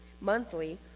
monthly